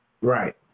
Right